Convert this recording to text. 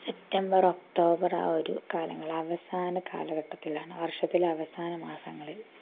September October ആ ഒരു കാലങ്ങൾ അവസാന കാലഘട്ടത്തിലാണ് വർഷത്തിലെ അവസാന മാസങ്ങളിൽ